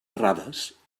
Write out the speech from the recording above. errades